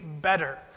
better